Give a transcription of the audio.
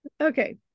Okay